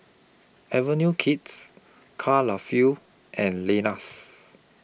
Avenue Kids Karl feel and Lenas